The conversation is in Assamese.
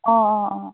অঁ অঁ অঁ